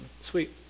Sweet